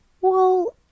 Well-